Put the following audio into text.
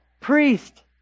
priest